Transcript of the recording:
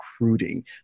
recruiting